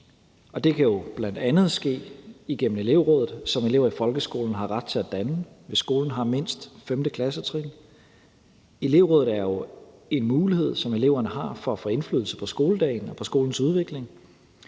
Det kan jo bl.a. ske igennem elevrådet, som elever i folkeskolen har ret til at danne, hvis skolen har mindst op til 5. klassetrin. Elevrådet er jo en mulighed, som eleverne har for at få indflydelse på skoledagen og på skolens udvikling,